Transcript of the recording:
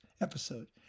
episode